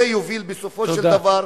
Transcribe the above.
זה יוביל בסופו של דבר,